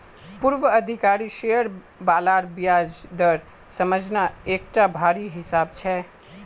पूर्वाधिकारी शेयर बालार ब्याज दर समझना एकटा भारी हिसाब छै